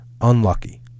unlucky